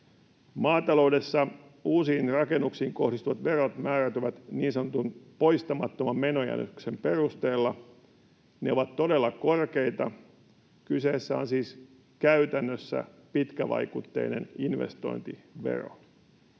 Maataloudessa uusiin rakennuksiin kohdistuvat verot määräytyvät niin sanotun poistamattoman menojäännöksen perusteella. Ne ovat todella korkeita. Kyseessä on siis käytännössä pitkävaikutteinen investointivero.